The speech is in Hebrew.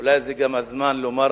אולי זה גם הזמן לומר,